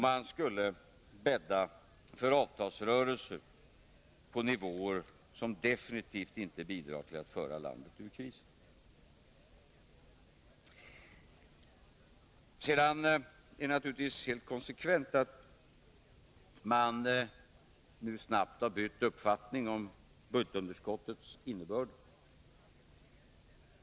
Det skulle bädda för avtalsrörelser på nivåer som definitivt inte bidrar till att föra landet ur krisen. Det är naturligtvis helt konsekvent att man nu snabbt har bytt uppfattning om budgetunderskottets innebörd.